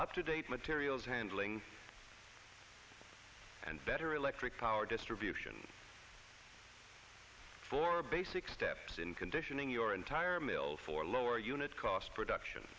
up to date materials handling and better electric power distribution for basic steps in conditioning your entire mill for lower unit cost production